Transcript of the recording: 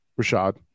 Rashad